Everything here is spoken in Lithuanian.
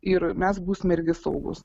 ir mes būsime irgi saugūs